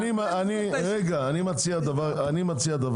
אני מציע,